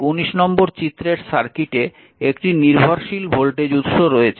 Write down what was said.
219 নম্বর চিত্রের সার্কিটে একটি নির্ভরশীল ভোল্টেজ উৎস রয়েছে